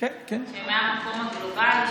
שמהמקום הגלובלי,